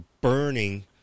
burning